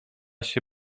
się